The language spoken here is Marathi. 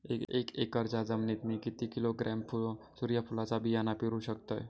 एक एकरच्या जमिनीत मी किती किलोग्रॅम सूर्यफुलचा बियाणा पेरु शकतय?